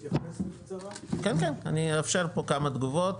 אני אאפשר פה כמה תגובות